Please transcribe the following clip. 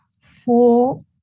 four